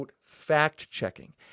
fact-checking